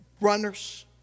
runners